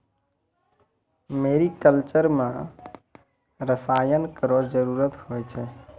मेरी culture म रसायन केरो जरूरत होय छै